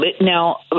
Now